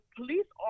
police